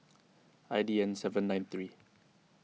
I D N seven nine three